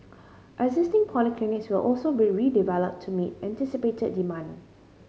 existing polyclinics will also be redeveloped to meet anticipated demand